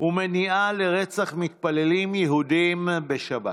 ומניעה לרצח מתפללים יהודים בשבת.